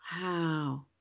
Wow